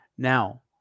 Now